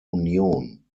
union